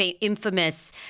infamous